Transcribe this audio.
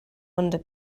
under